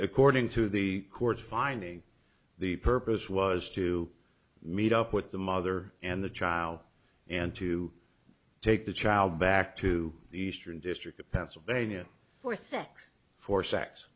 according to the court finding the purpose was to meet up with the mother and the child and to take the child back to the eastern district of pennsylvania for sex